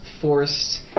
forced